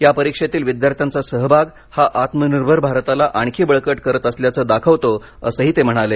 या परीक्षेतील विद्यार्थ्यांचा सहभाग हा आत्मनिर्भर भारताला आणखी बळकट करत असल्याचं दाखवतो असही ते म्हणाले